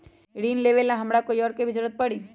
ऋन लेबेला हमरा कोई और के भी जरूरत परी?